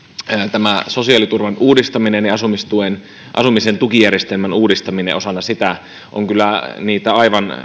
tämä sosiaaliturvan uudistaminen ja asumisen tukijärjestelmän uudistaminen osana sitä on kyllä niitä